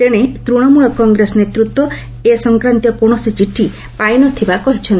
ତେଣେ ତୃଣମୂଳ କଂଗ୍ରେସ ନେତୃତ୍ୱ ଏ ସଂକ୍ରାନ୍ତୀୟ କୌଣସି ଚିଠି ପାଇନଥିବା କହିଛନ୍ତି